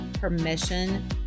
Permission